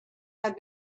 had